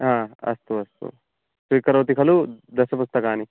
हा अस्तु अस्तु स्वीकरोति खलु दश पुस्तकानि